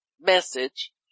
message